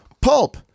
pulp